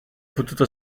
potuto